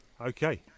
okay